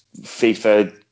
FIFA